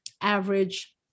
average